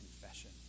confession